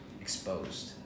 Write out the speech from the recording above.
exposed